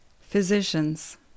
Physicians